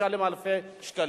לשלם אלפי שקלים.